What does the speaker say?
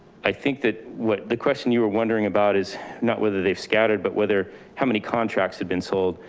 i think that what the question you were wondering about is not whether they've scattered, but whether how many contracts have been sold.